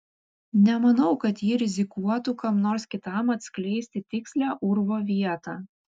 nemanau kad ji rizikuotų kam nors kitam atskleisti tikslią urvo vietą